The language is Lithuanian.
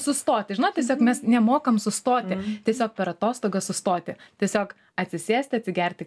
sustoti žinot tiesiog mes nemokam sustoti tiesiog per atostogas sustoti tiesiog atsisėsti atsigerti